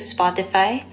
Spotify